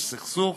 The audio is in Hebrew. יש סכסוך,